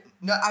No